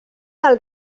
del